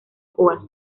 púas